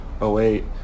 08